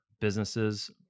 businesses